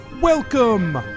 Welcome